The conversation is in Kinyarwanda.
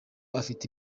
afite